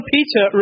Peter